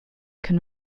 can